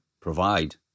provide